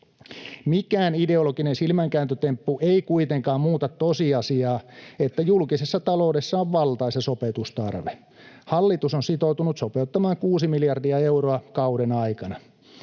Mikään ideologinen silmänkääntötemppu ei kuitenkaan muuta tosiasiaa, että julkisessa taloudessa on valtaisa sopeutustarve. Hallitus on sitoutunut sopeuttamaan kuusi miljardia euroa kauden aikana.